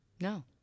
No